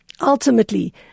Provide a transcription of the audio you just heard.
ultimately